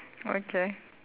okay